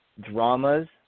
dramas